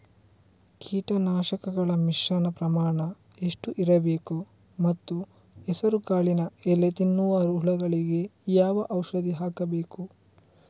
ಕೀಟನಾಶಕಗಳ ಮಿಶ್ರಣ ಪ್ರಮಾಣ ಎಷ್ಟು ಇರಬೇಕು ಮತ್ತು ಹೆಸರುಕಾಳಿನ ಎಲೆ ತಿನ್ನುವ ಹುಳಗಳಿಗೆ ಯಾವ ಔಷಧಿ ಹಾಕಬೇಕು?